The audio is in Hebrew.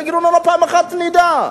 תגידו לנו פעם אחת, שנדע.